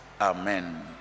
Amen